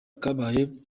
kabaye